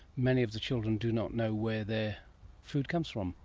many of the children do not know where their food comes from.